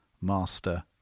Master